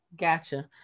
Gotcha